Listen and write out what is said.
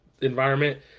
environment